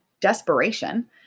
desperation